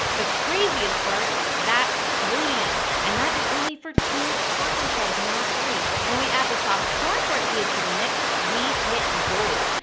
the craziest part that sodium! and that is only for two taco shells, not three. when we add the soft corn tortillas to the mix, we hit gold.